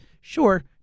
sure